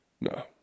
No